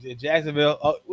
Jacksonville